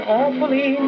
awfully